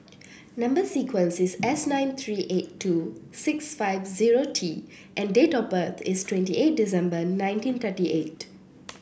number sequence is S nine three eight two six five zero T and date of birth is twenty eight December nineteen thirty eight